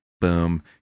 boom